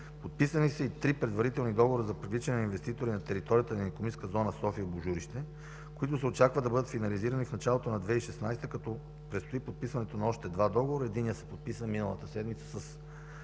Подписани са и три предварителни договора за привличане на инвеститори на територията на „Икономическа зона София – Божурище”, които се очаква да бъдат финализирани в началото на 2016 г. Предстои подписването на още два договора – единият се подписа тази седмица с